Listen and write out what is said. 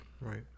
Right